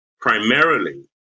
primarily